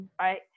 right